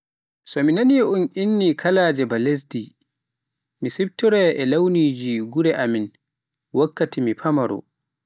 So mi nani un inni kaalaje ba lesdi, mi siptoraya e launiije gure amin wakkati mi famaaro.